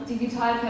digital